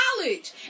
college